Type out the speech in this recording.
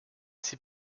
sie